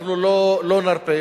אנחנו לא נרפה.